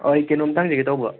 ꯑꯩ ꯀꯩꯅꯣꯝꯇ ꯍꯪꯖꯒꯦ ꯇꯧꯕ